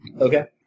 Okay